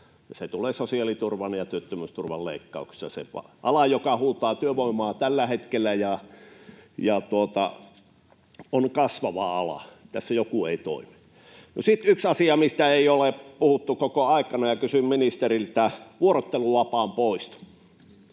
se tulee sosiaaliturvan ja työttömyysturvan leikkauksessa sen varaan — ala, joka huutaa työvoimaa tällä hetkellä ja on kasvava ala. Tässä joku ei toimi. Sitten yksi asia, mistä ei ole puhuttu koko aikana. Kysyn ministeriltä vuorotteluvapaan poistosta.